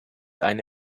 eine